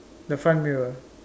the front mirror